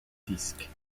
disque